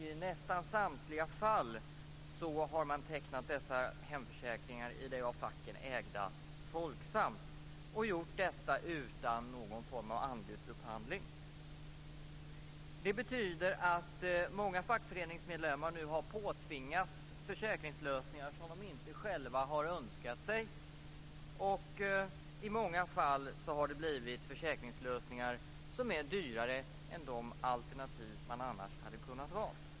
I nästan samtliga fall har man tecknat dessa hemförsäkringar i det av facken ägda Folksam, och man har gjort detta utan någon form av anbudsupphandling. Detta betyder att många fackföreningsmedlemmar har påtvingats försäkringslösningar som de själva inte har önskat sig. I många fall har det blivit försäkringslösningar som är dyrare än de alternativ de annars kunde ha valt.